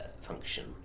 function